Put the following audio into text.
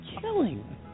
killing